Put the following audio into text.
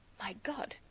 my god,